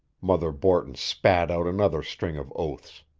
mother borton spat out another string of oaths.